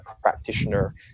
practitioner